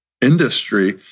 industry